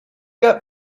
got